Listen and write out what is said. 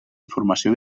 informació